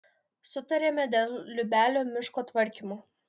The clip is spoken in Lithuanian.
sutarėme dėl liubelio miško tvarkymo